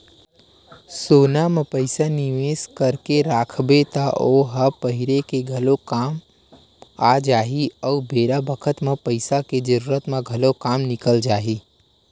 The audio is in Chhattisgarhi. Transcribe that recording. सोना म पइसा निवेस करके राखबे त ओ ह पहिरे के घलो काम आ जाही अउ बेरा बखत म पइसा के जरूरत म घलो काम निकल जाही